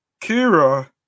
kira